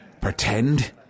Pretend